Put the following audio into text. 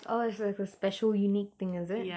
oh it's like a special unique thing is it